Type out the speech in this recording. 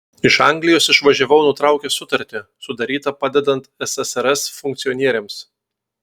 iš anglijos išvažiavau nutraukęs sutartį sudarytą padedant ssrs funkcionieriams